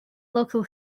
local